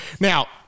Now